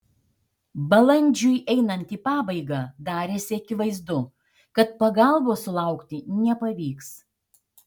balandžiui einant į pabaigą darėsi akivaizdu kad pagalbos sulaukti nepavyks